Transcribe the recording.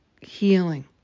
healing